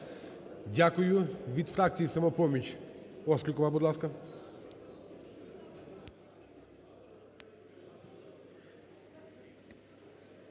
Дякую. Від фракції "Самопоміч" Острікова, будь ласка.